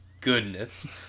goodness